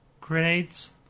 grenades